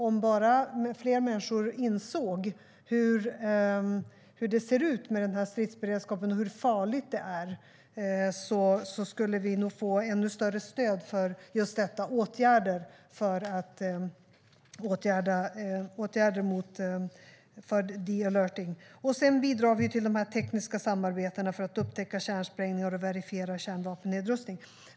Om fler människor insåg hur det ser ut med stridsberedskapen och hur farligt det är skulle vi nog få ännu större stöd för just de-alerting. Vi bidrar också till de tekniska samarbetena för att upptäcka kärnsprängningar och verifiera kärnvapennedrustning.